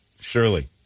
surely